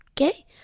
Okay